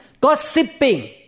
Gossiping